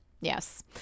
Yes